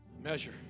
measure